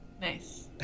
Nice